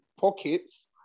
pockets